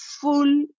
full